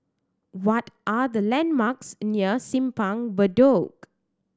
what are the landmarks near Simpang Bedok